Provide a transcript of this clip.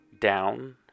down